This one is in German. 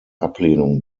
ablehnung